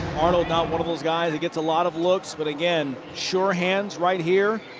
arnold, not one of those guys who gets a lot of looks. but again, sure hands right here.